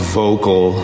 vocal